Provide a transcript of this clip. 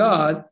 God